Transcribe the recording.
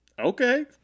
okay